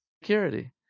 security